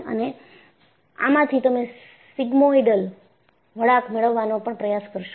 અને આમાંથી તમે સિગ્મોઇડલ વળાંક મેળવવાનો પણ પ્રયાસ કરોશો